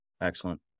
Excellent